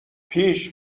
پیش